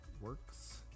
Works